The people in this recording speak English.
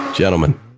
gentlemen